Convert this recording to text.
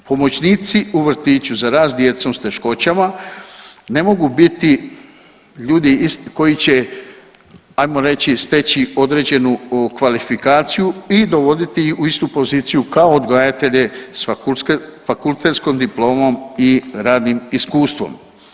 Pomoćnici u vrtiću za rad s djecom s teškoćama ne mogu biti ljudi koji će ajmo reći steći određenu kvalifikaciju i dovoditi ih u istu poziciju kao odgajatelje s fakultetskom diplomom i radnim iskustvom.